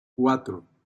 cuatro